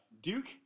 Duke